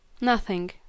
Nothing